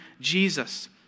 Jesus